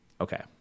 Okay